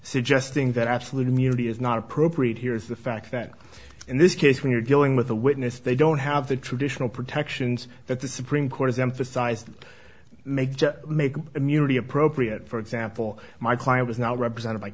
suggesting that absolute immunity is not appropriate here is the fact that in this case when you're dealing with a witness they don't have the traditional protections that the supreme court has emphasized to make to make immunity appropriate for example my client was not represented